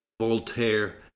Voltaire